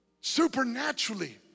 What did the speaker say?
supernaturally